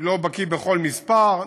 לא בקי בכל מספר,